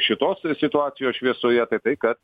šitos situacijos šviesoje tai tai kad